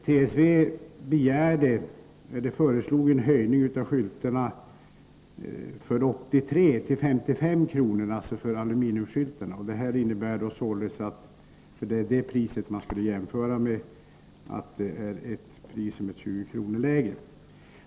TSV föreslog för 1983 en höjning av priset på aluminiumskyltarna till 55 kr. Det är detta pris som vi skall jämföra med. Det innebär således att priset för plastskyltarna är 20 kr. lägre.